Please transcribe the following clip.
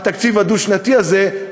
התקציב הדו-שנתי הזה,